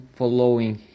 following